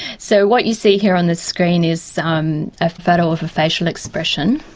so what you see here on the screen is um a photo of a facial expression.